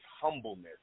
humbleness